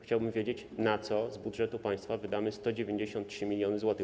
Chciałbym wiedzieć, na co z budżetu państwa wydamy te 193 mln zł.